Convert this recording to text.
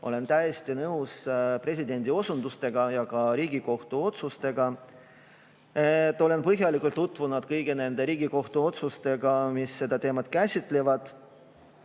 Olen täiesti nõus presidendi osundustega ja ka Riigikohtu otsustega. Olen põhjalikult tutvunud kõigi nende Riigikohtu otsustega, mis seda teemat käsitlevad.